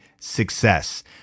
success